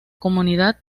comunidad